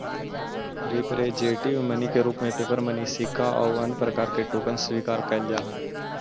representative money के रूप में पेपर मनी सिक्का आउ अन्य प्रकार के टोकन स्वीकार कैल जा हई